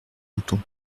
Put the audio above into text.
breton